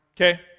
Okay